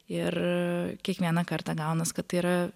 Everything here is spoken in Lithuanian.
ir kiekvieną kartą gaunas kad tai yra